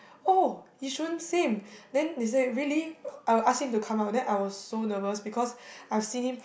oh yishun same then they say really I will ask him to come out then I was so nervous because I've see him